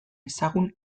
ezagun